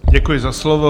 Děkuji za slovo.